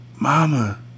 mama